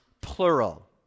plural